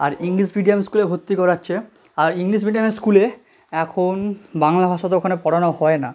আর English medium স্কুলে ভর্তি করাচ্ছে আর ইংলিশ মিডিয়ামের স্কুলে এখন বাংলা ভাষা তো ওখানে পড়ানো হয় না